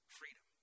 freedom